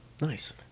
Nice